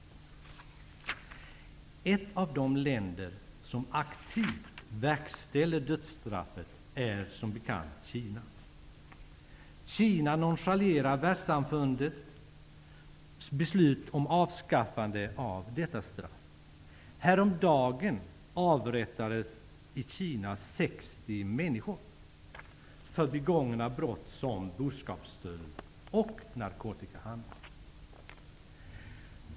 Ett av de länder som aktivt verkställer dödsstraffet är som bekant Kina. Kina nonchalerar världssamfundets beslut om avskaffande av detta straff. Häromdagen avrättades 60 människor i Kina för att de begått brott som boskapsstöld och narkotikahandel.